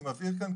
אני מבהיר כאן.